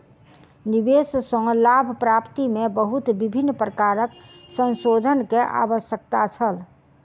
निवेश सॅ लाभ प्राप्ति में बहुत विभिन्न प्रकारक संशोधन के आवश्यकता छल